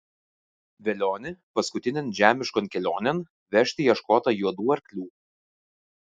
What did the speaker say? velionį paskutinėn žemiškon kelionėn vežti ieškota juodų arklių